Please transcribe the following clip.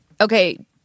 Okay